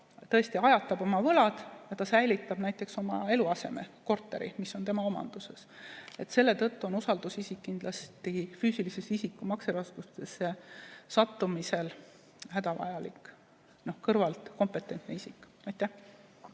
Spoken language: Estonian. tõesti ajatab oma võlad ja säilitab oma eluaseme, korteri, mis on tema omanduses. Selle tõttu on usaldusisik kindlasti füüsilise isiku makseraskustesse sattumise korral hädavajalik kõrval olev kompetentne isik. Aitäh!